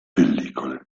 pellicole